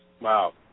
Wow